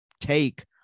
take